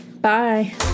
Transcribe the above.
Bye